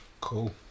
Cool